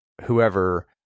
whoever